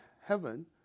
heaven